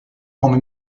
come